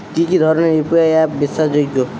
কি কি ধরনের ইউ.পি.আই অ্যাপ বিশ্বাসযোগ্য?